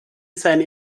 seine